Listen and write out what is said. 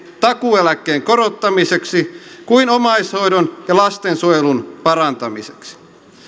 takuueläkkeen korottamiseksi sekä omaishoidon ja lastensuojelun parantamiseksi